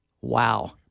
Wow